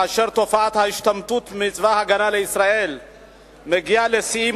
כאשר תופעת ההשתמטות מצבא-הגנה לישראל מגיעה לשיאים